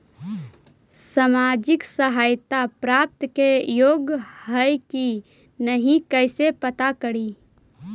सामाजिक सहायता प्राप्त के योग्य हई कि नहीं कैसे पता करी?